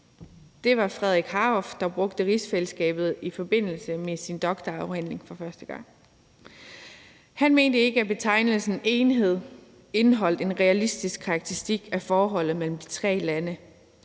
Det var Frederik Harhoff, der brugte rigsfællesskabet i forbindelse med sin doktorafhandling for første gang. Han mente ikke, at betegnelsen enhed indeholdt en realistisk karakteristik af forholdet mellem de tre lande,